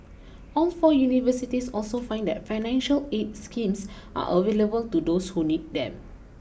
all four universities also said that financial aid schemes are available to those who need them